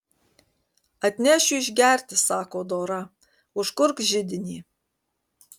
atnešiu išgerti sako dora užkurk židinį